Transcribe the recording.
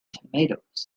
tomatoes